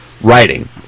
writing